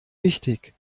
wichtig